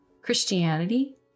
Christianity